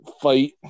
fight